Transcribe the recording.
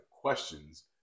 questions